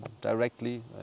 directly